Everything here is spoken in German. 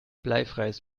bleifreies